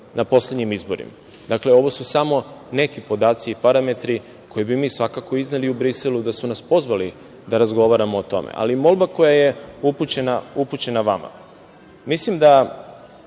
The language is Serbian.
na poslednjim izborima. Dakle, ovo su samo neki podaci i parametri koje bi mi svakako izneli u Briselu da su nas pozvali da razgovaramo o tome. Ali, molba koja je upućena vama. Mislim da